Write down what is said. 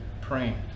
praying